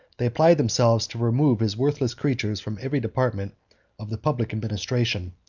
they applied themselves to remove his worthless creatures from every department of the public administration,